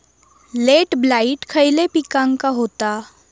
Late blight खयले पिकांका होता?